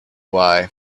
why